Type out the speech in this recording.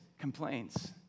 complaints